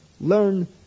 learn